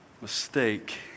mistake